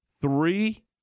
three